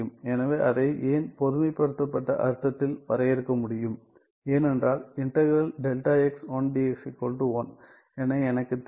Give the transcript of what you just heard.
எனவே அதை ஏன் பொதுமைப்படுத்தப்பட்ட அர்த்தத்தில் வரையறுக்க முடியும் ஏனென்றால் என எனக்கு தெரியும்